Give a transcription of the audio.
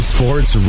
Sports